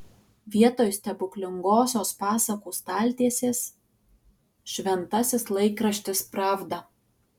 vietoj stebuklingosios pasakų staltiesės šventasis laikraštis pravda